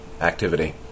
activity